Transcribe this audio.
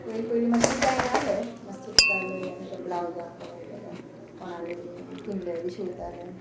पयलीं पयलीं मात्शें जायना जालें मात्शें चुकतालें आनी ते ब्लावजांक कोणूय येत जाल्या कोणालें बीन पिंजलें बी शिंवतालें